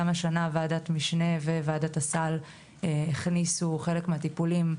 גם השנה ועדת המשנה וועדת הסל הכניסו חלק מהטיפולים,